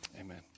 Amen